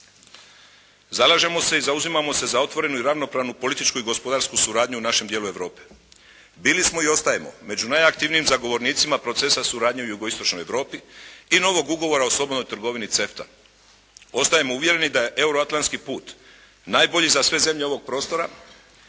Zalažemo se i zauzimamo se za otvorenu i ravnopravnu političku i gospodarsku suradnju u našem dijelu Europe. Bili smo i ostajemo među najaktivnijim zagovornicima procesa suradnje u jugoistočnoj Europi i novog ugovora o slobodnoj trgovini CEFTA. Ostajemo uvjereni da je euroatlanski put najbolji za sve zemlje ovog prostora